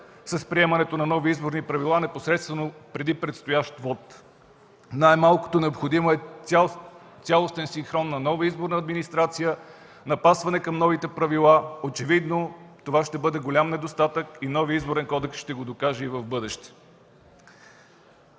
с приемането на нови изборни правила непосредствено преди предстоящ вот. Най-малкото необходим е цялостен синхрон на нова изборна администрация, напасване към новите правила. Очевидно това ще бъде голям недостатък и новият Изборен кодекс ще го докаже и в бъдеще.